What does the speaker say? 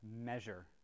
measure